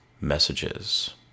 messages